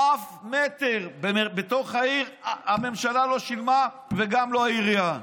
אף מטר בתוך העיר הממשלה לא שילמה וגם לא העירייה.